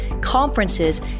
conferences